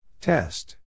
Test